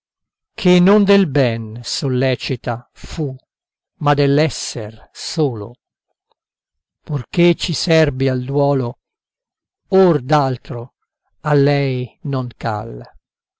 che non del ben sollecita fu ma dell'esser solo purché ci serbi al duolo or d'altro a lei non cal